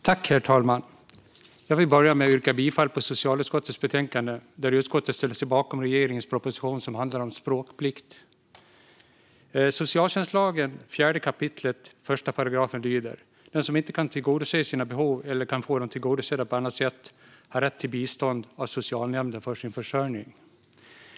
Herr talman! Jag vill börja med att yrka bifall till förslaget i socialutskottets betänkande, där utskottet ställer sig bakom regeringens proposition som handlar om språkplikt. Socialtjänstlagen 4 kap. 1 § lyder: Den som inte kan tillgodose sina behov eller kan få dem tillgodosedda på annat sätt har rätt till bistånd av socialnämnden för sin försörjning.